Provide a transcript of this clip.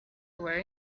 were